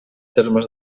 termes